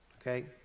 okay